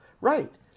Right